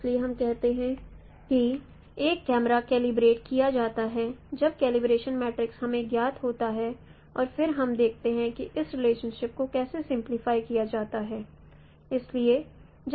इसलिए हम कहते हैं कि एक कैमरा कैलिब्रेट किया जाता है जब कलइब्रेशन मैट्रिक्स हमें ज्ञात होता है और फिर हम देखते हैं कि इस रिलेशनशिप को कैसे सिंप्लिफाई किया जा सकता है